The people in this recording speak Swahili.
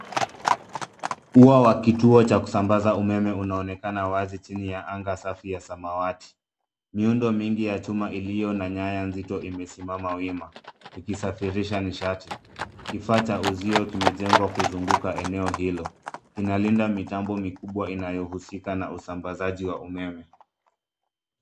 Ua wa kituo cha kusambaza umeme unaonekana wazi chini anga safi ya samawati. Miundo mingi ya chuma iliyo na nyaya nzito imesimama wima ikisafirisha nishati. Kifaa cha uzio kimejengwa kuzunguka eneo hilo, inalinda mitambo mikubwa inayohusika na usambazaji wa umeme.